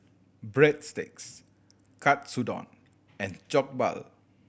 Breadsticks Katsudon and Jokbal